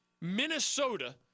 Minnesota